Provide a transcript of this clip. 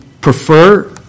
prefer